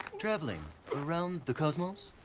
traveling around the cosmos.